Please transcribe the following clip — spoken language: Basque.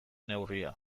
neurria